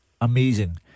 Amazing